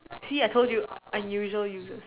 see I told you unusual you know